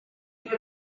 get